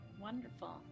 Wonderful